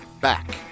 back